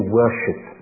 worship